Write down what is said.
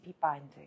binding